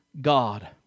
God